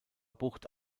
bucht